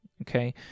Okay